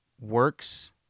works